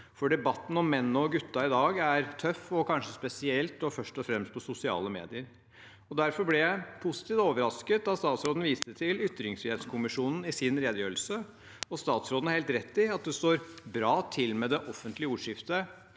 for debatten om menn og gutter i dag er tøff, og kanskje spesielt og først og fremst på sosiale medier. Derfor ble jeg positivt overrasket da statsråden viste til ytringsfrihetskommisjonen i sin redegjørelse. Statsråden har helt rett i at det står bra til med det offentlige ordskiftet,